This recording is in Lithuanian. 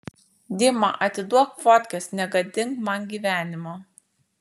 dima atiduok fotkes negadink man gyvenimo